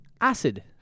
acid